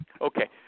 Okay